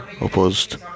opposed